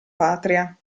patria